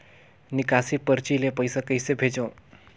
निकासी परची ले पईसा कइसे भेजों?